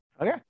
Okay